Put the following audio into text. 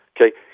Okay